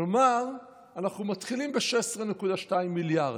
כלומר, אנחנו מתחילים ב-16.2 מיליארד.